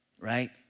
right